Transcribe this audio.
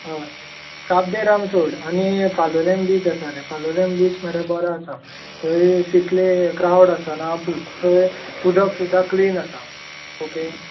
हय काब दिराम सोड आनी पालोलेम बीच आसा पालोलेम बीच मरे बरो आसा थंय तितले क्रावड आसना उदक सुद्दां क्लिन आसता ऑके